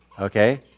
Okay